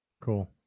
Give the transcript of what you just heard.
Cool